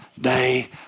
day